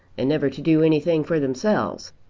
and never to do anything for themselves.